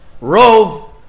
Rove